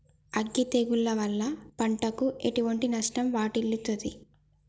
అగ్గి తెగులు వల్ల పంటకు ఎటువంటి నష్టం వాటిల్లుతది?